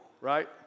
Right